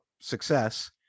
success